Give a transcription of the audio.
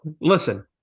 listen